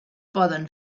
poden